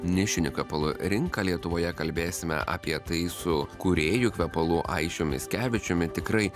nišinių kvepalų rinką lietuvoje kalbėsime apie tai su kūrėju kvepalų aisčiu mickevičiumi tikrai